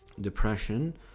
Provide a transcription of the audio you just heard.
depression